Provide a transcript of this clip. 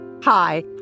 hi